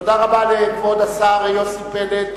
תודה רבה לכבוד השר יוסי פלד.